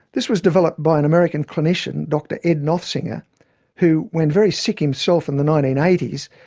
this was developed by an american clinician, dr ed noffsinger who, when very sick himself in the nineteen eighty s,